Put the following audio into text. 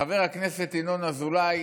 חבר הכנסת ינון אזולאי